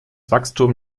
wachstum